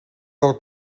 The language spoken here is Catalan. del